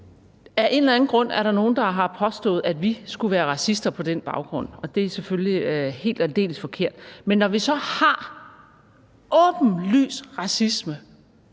Af en eller anden grund er der nogle, der har påstået, at vi skulle være racister på den baggrund, og det er selvfølgelig helt og aldeles forkert, men når vi så har åbenlys racisme